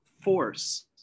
force